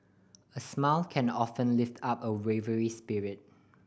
a smile can often lift up a weary spirit